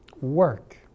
work